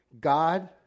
God